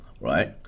right